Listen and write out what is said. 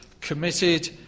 committed